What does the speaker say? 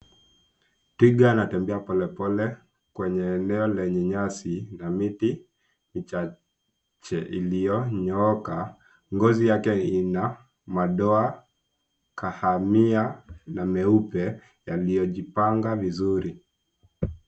Twiga anatembea polepole kwenye eneo lenye nyasi na miti michache ilinyooka. Ngozi yake ina madoa kahamia na meupe yaliyojipanga vizuri.